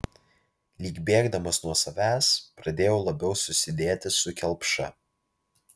lyg bėgdamas nuo savęs pradėjo labiau susidėti su kelpša